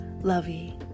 lovey